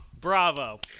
bravo